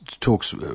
talks